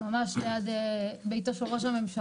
גדלתי ממש ליד ביתו של ראש הממשלה.